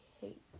hate